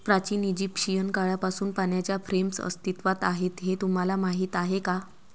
प्राचीन इजिप्शियन काळापासून पाण्याच्या फ्रेम्स अस्तित्वात आहेत हे तुम्हाला माहीत आहे का?